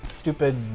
stupid